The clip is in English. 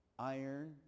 Iron